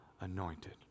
anointed